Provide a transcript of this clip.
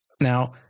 Now